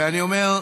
ואני אומר: